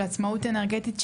של עצמאות אנרגטית,